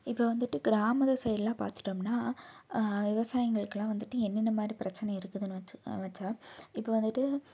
இப்போ வந்துட்டு கிராம சைடெலாம் பார்த்துட்டோம்னா விவசாயிங்களுக்கெலாம் வந்துட்டு என்னென்ன மாதிரி பிரச்சனை இருக்குதுன்னு வைச்சா இப்போ வந்துட்டு